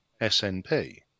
SNP